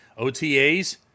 OTAs